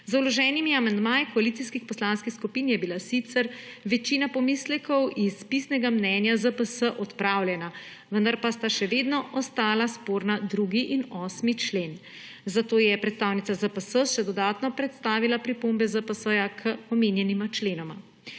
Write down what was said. Z vloženimi amandmaji koalicijskih poslanski skupin je bila sicer večina pomislekov iz pisnega mnenja ZPS odpravljena, vendar pa sta še vedno ostala sporna 2. in 8. člen, zato je predstavnica ZPS še dodatno predstavila pripombe ZPS k omenjenima členoma.